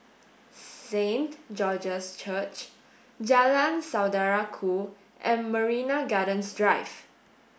Saint George's Church Jalan Saudara Ku and Marina Gardens Drive